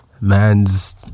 man's